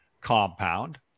compound